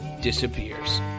disappears